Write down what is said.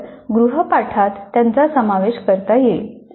तर गृहपाठात त्यांचा समावेश करता येईल